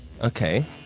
Okay